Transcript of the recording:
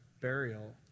burial